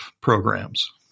programs